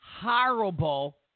horrible